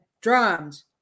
drums